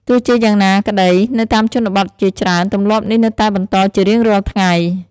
ទោះជាយ៉៉ាងណាក្ដី នៅតាមជនបទជាច្រើន ទម្លាប់នេះនៅតែបន្តជារៀងរាល់ថ្ងៃ។